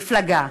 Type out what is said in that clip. מפלגה,